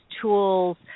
tools